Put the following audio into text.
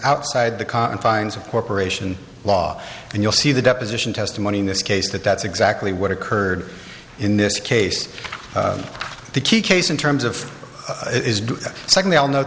outside the confines of corporation law and you'll see the deposition testimony in this case that that's exactly what occurred in this case the key case in terms of second they'll know